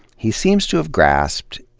he seems to have grasped,